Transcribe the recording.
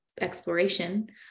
exploration